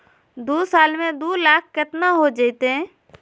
दू साल में दू लाख केतना हो जयते?